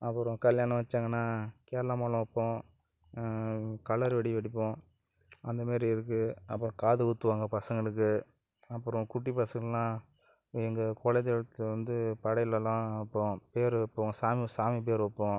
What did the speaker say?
அப்புறம் கல்யாணம் வைச்சாங்கன்னா கேரளா மேளம் வைப்போம் கலரு வெடி வெடிப்போம் அந்த மாரி இருக்குது அப்புறம் காது குத்துவாங்க பசங்களுக்கு அப்புறம் குட்டி பசங்களுக்கெலாம் எங்கள் குலதெய்வத்துல வந்து படையலெல்லாம் வைப்போம் பேர் வைப்போம் சாமி சாமி பேர் வைப்போம்